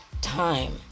time